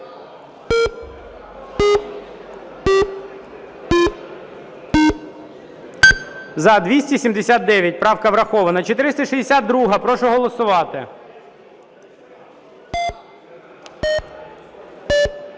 За-279 Правка врахована. 462-а. Прошу голосувати.